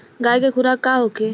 गाय के खुराक का होखे?